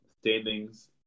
standings